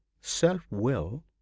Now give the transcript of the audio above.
self-will